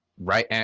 Right